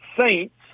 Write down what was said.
Saints